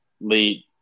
late